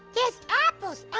there's apples.